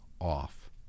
off